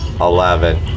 eleven